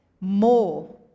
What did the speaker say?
more